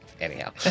Anyhow